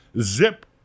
Zip